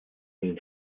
den